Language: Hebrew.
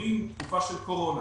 עוברים תקופה של קורונה,